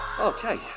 Okay